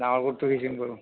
ডাঙৰ কোৰটো সিঁচিম